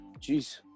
Jeez